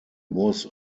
was